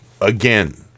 again